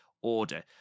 order